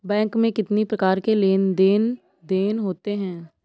Bank में कितनी प्रकार के लेन देन देन होते हैं?